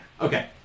Okay